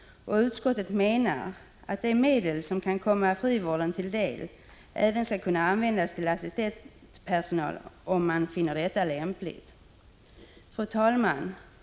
Utskottet menar att de medel som kan komma frivården till del även skall kunna användas till assistentpersonal, om man finner detta lämpligt. Fru talman!